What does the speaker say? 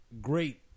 great